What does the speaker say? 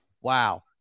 Wow